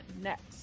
next